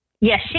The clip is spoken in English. Yes